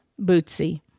Bootsy